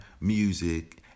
Music